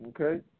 Okay